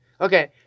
Okay